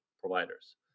providers